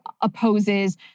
opposes